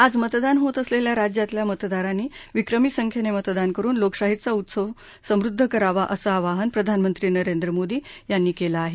आज मतदान होत असलेल्या राज्यातल्या मतदारांनी विक्रमी संख्येने मतदान करून लोकशाहीचा उत्सव समृद्ध करावा असं आवाहन प्रधानमंत्री नरेंद्र मोदी यांनी केलं आहे